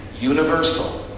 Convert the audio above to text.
universal